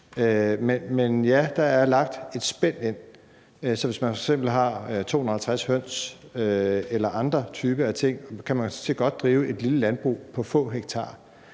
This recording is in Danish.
Men ja, der er lagt et spænd ind, så hvis man f.eks. har 250 høns eller andre typer af ting, kan man sådan set godt drive et lille landbrug på få hektar.